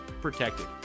protected